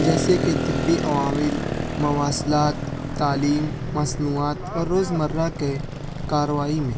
جیسے کہ طبى عوامل مواصلات تعلیم مصنوعات اور روز مرہ کے کاروائی میں